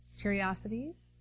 Curiosities